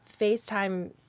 facetime